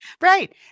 Right